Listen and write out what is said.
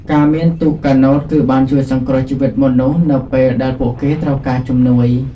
ការមានទូកកាណូត គឺបានជួយសង្គ្រោះជីវិតមនុស្សនៅពេលដែលពួកគេត្រូវការជំនួយ។